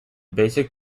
basic